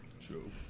True